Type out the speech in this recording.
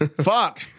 Fuck